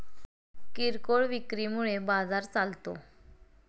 किरकोळ विक्री मुळे बाजार चालतो